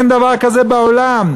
אין דבר כזה בעולם.